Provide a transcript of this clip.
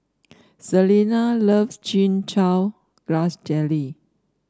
Selina loves Chin Chow Grass Jelly